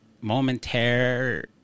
momentary